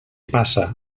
passa